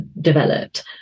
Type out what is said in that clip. developed